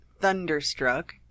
Thunderstruck